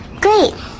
Great